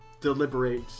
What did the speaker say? deliberate